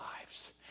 lives